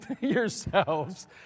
yourselves